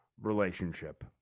relationship